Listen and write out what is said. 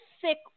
sick